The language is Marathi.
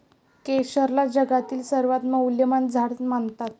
केशरला जगातील सर्वात मौल्यवान झाड मानतात